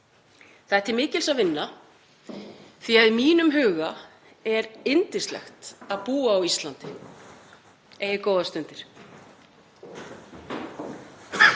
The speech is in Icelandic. er til mikils að vinna því að í mínum huga er yndislegt að búa á Íslandi. — Eigið góðar stundir.